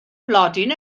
blodyn